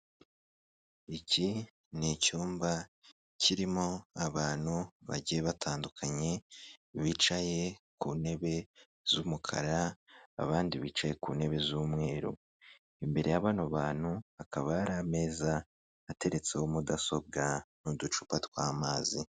Iki ni icyumba kirimo abantu bagiye batandukanye, bicaye ku ntebe z'umukara abandi bicaye ku ntebe z'umweru, imbere yabano bantu hakaba hari ameza ateretseho mudasobwa n'uducupa tw'amazi.